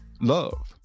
love